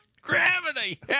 Gravity